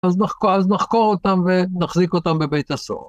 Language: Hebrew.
אז נחקור אותם ונחזיק אותם בבית הסוהר.